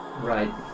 right